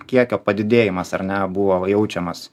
kiekio padidėjimas ar ne buvo jaučiamas